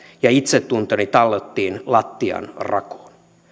ja itsetuntoni tallottiin lattianrakoon